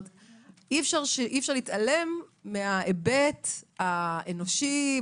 אי אפשר להתעלם מההיבט האנושי,